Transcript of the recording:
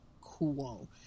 cool